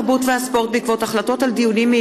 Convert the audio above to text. התרבות והספורט בעקבות דיון מהיר